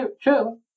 true